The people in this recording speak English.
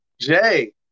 Jay